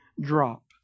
drop